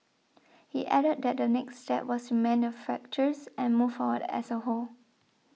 he added that the next step was to mend the fractures and move forward as a whole